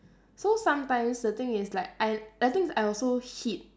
so sometimes the thing is like I I think I also hit